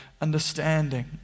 understanding